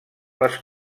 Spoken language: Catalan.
les